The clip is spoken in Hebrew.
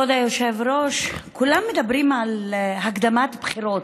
כבוד היושב-ראש, כולם מדברים על הקדמת בחירות,